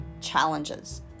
challenges